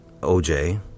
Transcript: OJ